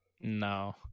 No